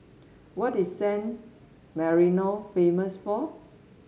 what is San Marino famous for